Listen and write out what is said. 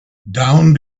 down